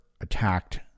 attacked